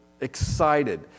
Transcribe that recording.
excited